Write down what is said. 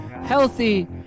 healthy